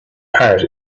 part